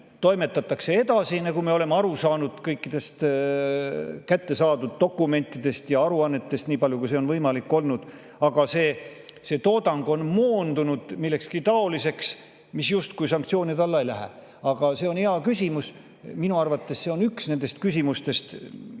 aetakse äri edasi – nii me oleme aru saanud kõikidest kättesaadud dokumentidest ja aruannetest, nii palju, kui see on võimalik olnud –, see toodang on moondunud millekski taoliseks, mis justkui sanktsioonide alla ei lähe. Aga see on hea küsimus, minu arvates on see üks nendest küsimustest, mida see